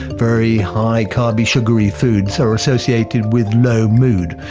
very high carb-y, sugary foods are associated with low mood,